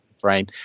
frame